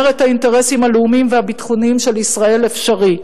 את האינטרסים הלאומיים והביטחוניים של ישראל אפשרי.